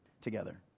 together